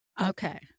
Okay